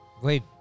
Wait